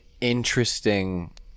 interesting